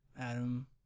Adam